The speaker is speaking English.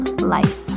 life